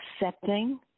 accepting